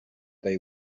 they